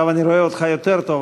עכשיו אני רואה אותך יותר טוב,